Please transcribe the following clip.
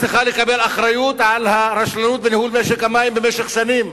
צריכה לקבל אחריות על הרשלנות בניהול משק המים במשך שנים,